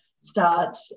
start